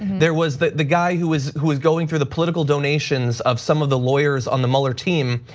there was the the guy who is who is going through the political donations of some of the lawyers on the mueller team.